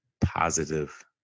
positive